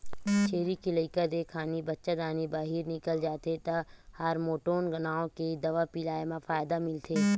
छेरी के लइका देय खानी बच्चादानी बाहिर निकल जाथे त हारमोटोन नांव के दवा पिलाए म फायदा मिलथे